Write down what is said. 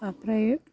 ओमफ्राय